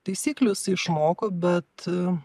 taisyklių jisai išmoko bet